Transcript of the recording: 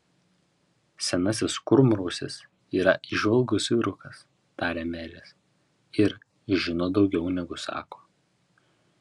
senasis kurmrausis yra įžvalgus vyrukas tarė meris ir žino daugiau negu sako